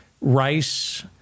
rice